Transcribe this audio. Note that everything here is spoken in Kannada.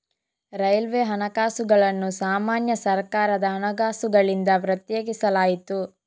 ರೈಲ್ವೆ ಹಣಕಾಸುಗಳನ್ನು ಸಾಮಾನ್ಯ ಸರ್ಕಾರದ ಹಣಕಾಸುಗಳಿಂದ ಪ್ರತ್ಯೇಕಿಸಲಾಯಿತು